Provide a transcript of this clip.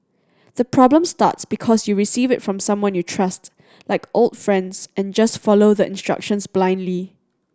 the problem starts because you receive it from someone you trust like old friends and just follow the instructions blindly